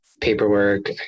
paperwork